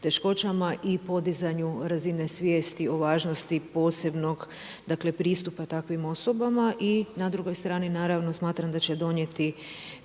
teškoćama i podizanju razine svijesti o važnosti posebnog, dakle pristupa takvim osobama. I na drugoj strani naravno smatram da će doprinijeti